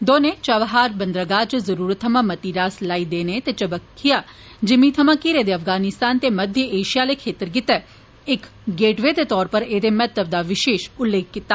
दौनें चाब्हार बंदरगाह च जरूरत थमां मती रास लाई देने ते चबक्खिया जिमीं थमां घिरें दे अफगानिस्तान ते मध्य एशिया आले क्षेत्र गित्तै इक गेटवे दे तौर पर एह्दे महत्व दा विशेष उल्लेख कीता